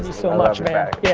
so much man.